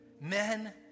men